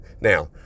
now